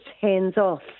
hands-off